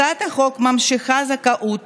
הצעת החוק ממשיכה זכאות